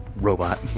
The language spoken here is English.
Robot